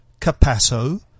Capasso